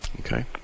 Okay